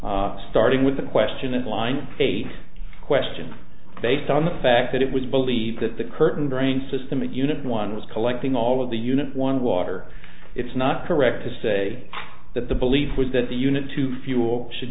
starting with the question of line a question based on the fact that it was believed that the curtain drain system and unit one was collecting all of the unit one water it's not correct to say that the belief was that the unit two fuel should